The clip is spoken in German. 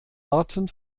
arten